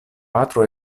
patro